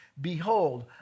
Behold